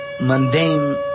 mundane